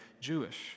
Jewish